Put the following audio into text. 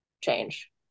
change